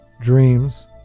Dreams